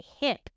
hip